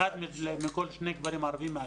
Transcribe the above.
אחד מכל שני גברים ערבים מעשן.